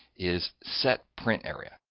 is set print area.